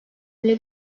bile